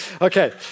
Okay